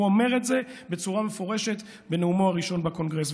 והוא אומר את זה בצורה מפורשת בנאומו הראשון בקונגרס.